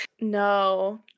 No